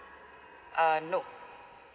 uh no